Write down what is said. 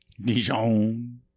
Dijon